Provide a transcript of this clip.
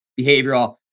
behavioral